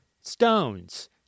Stones